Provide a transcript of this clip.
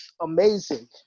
amazing